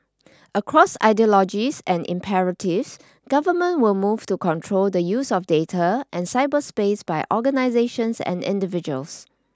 across ideologies and imperatives governments will move to control the use of data and cyberspace by organisations and individuals